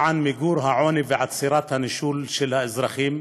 למען מיגור העוני ולעצירת הנישול של האזרחים